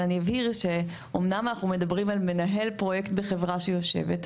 אבל אני אבהיר שאמנם אנחנו מדברים על מנהל פרויקט בחברה שיושבת.